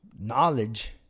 knowledge